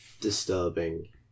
disturbing